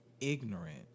ignorant